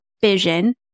vision